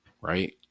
right